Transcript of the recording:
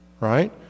right